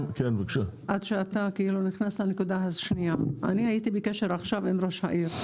אני הייתי בקשר עכשיו עם ראש העיר,